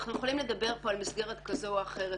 אנחנו יכולים לדבר פה על מסגרת כזו או אחרת,